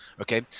okay